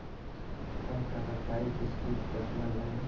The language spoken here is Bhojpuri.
हमका बताई कि सूद केतना लागी?